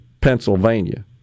Pennsylvania